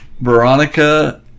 Veronica